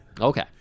Okay